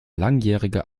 langjähriger